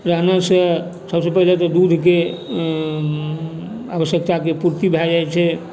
रहलासँ सबसे पैघ होइत छै दूधके आवश्यकताके पूर्ति भए जाइत छै